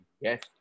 yes